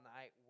night